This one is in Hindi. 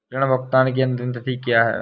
ऋण भुगतान की अंतिम तिथि क्या है?